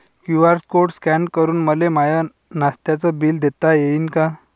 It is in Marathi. क्यू.आर कोड स्कॅन करून मले माय नास्त्याच बिल देता येईन का?